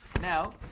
Now